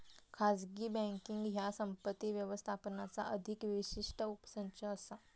खाजगी बँकींग ह्या संपत्ती व्यवस्थापनाचा अधिक विशिष्ट उपसंच असा